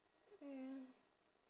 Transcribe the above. ya